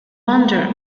wander